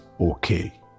okay